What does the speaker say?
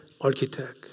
architect